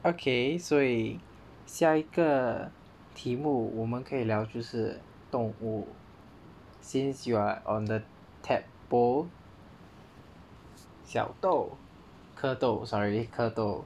okay 所以下一个题目我们可以了就是动物 since you are on the tadpole 小蚪蝌蚪 sorry 蝌蚪